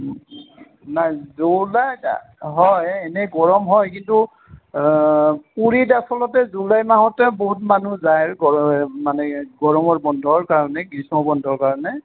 নাই জুলাইত হয় এনেই গৰম হয় কিন্তু পুৰীত আচলতে জুলাই মাহতে বহুত মানুহ যায় গ মানে গৰমৰ বন্ধৰ কাৰণে গ্ৰীষ্ম বন্ধৰ কাৰণে